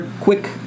quick